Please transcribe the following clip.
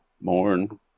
mourn